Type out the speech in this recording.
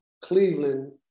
Cleveland